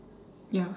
ya